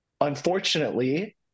Unfortunately